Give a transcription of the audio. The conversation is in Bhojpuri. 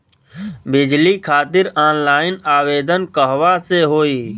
बिजली खातिर ऑनलाइन आवेदन कहवा से होयी?